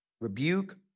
rebuke